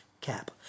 cap